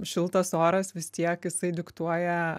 šiltas oras vis tiek jisai diktuoja